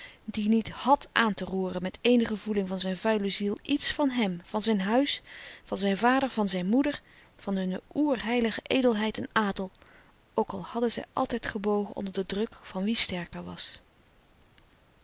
die niet hàd aan te roeren met eenige voeling van zijn vuile ziel iets van hèm van zijn huis van zijn vader van zijn moeder van hunne oer heilige edelheid en adel ook al hadden zij altijd gebogen onder den druk van wie sterker was